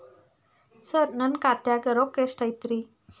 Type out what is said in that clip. ಸರ ನನ್ನ ಖಾತ್ಯಾಗ ರೊಕ್ಕ ಎಷ್ಟು ಐತಿರಿ?